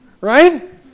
Right